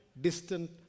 distant